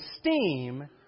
steam